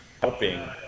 helping